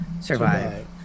survive